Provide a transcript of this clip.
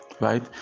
right